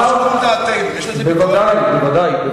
ודאי.